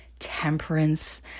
temperance